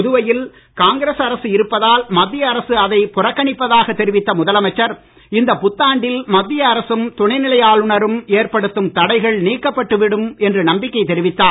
புதுவையில் காங்கிரஸ் அரசு இருப்பதால் மத்திய அரசு அதை புறக்கணிப்பதாக தெரிவித்த முதலமைச்சர் இந்த புத்தாண்டில் மத்திய அரசும் துணைநிலை ஆளுநரும் ஏற்படுத்தும் தடைகள் நீக்கப்பட்டுவிடும் என்று நம்பிக்கை தெரிவித்தார்